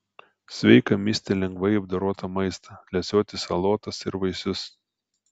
sveika misti lengvai apdorotą maistą lesioti salotas ir vaisius